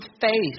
faith